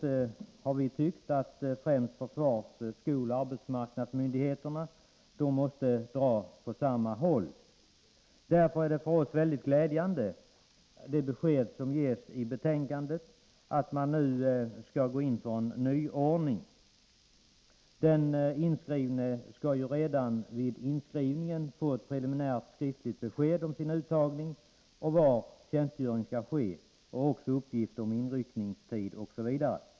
Vi har ansett att främst försvars-, skoloch arbetsmarknadsmyndigheterna måste dra åt samma håll. Därför är det besked som ges i betänkandet — att man nu skall gå in för nyordning — mycket glädjande. Den inskrivne skall redan vid inskrivningen få ett preliminärt skriftligt besked om sin uttagning, om var tjänstgöring skall ske och också uppgift om inryckningstid osv.